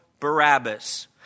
Barabbas